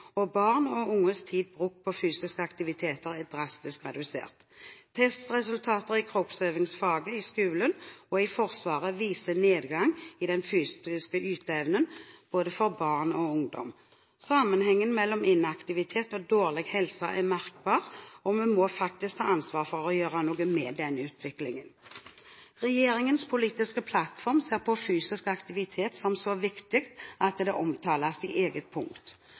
og barn og unges tid brukt på fysisk aktivitet er drastisk redusert. Testresultater i kroppsøvingsfaget i skolen og i Forsvaret viser nedgang i den fysiske yteevnen, både for barn og for ungdom. Sammenhengen mellom inaktivitet og dårlig helse er merkbar, og vi må faktisk ta ansvar for å gjøre noe med denne utviklingen. Regjeringens politiske plattform ser på fysisk aktivitet som så viktig at det omtales i eget punkt.